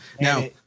Now